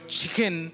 chicken